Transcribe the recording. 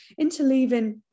interleaving